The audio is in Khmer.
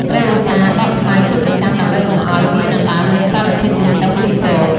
ត្រូវឧស្សាហ៍ដកស្មៅជាប្រចាំដើម្បីកុំឱ្យវាដណ្តើមយកសារធាតុចិញ្ចឹមពីពោត។